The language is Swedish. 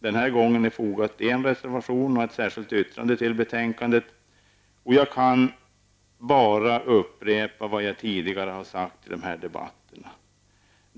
Den här gången är fogad en reservation och ett särskilt yttrande till betänkandet i frågan. Jag kan bara upprepa vad jag tidigare har sagt i debatterna i denna fråga.